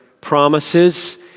promises